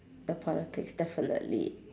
the politics definitely